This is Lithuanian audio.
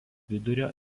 vidurio